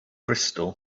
crystal